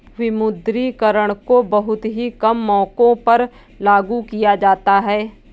विमुद्रीकरण को बहुत ही कम मौकों पर लागू किया जाता है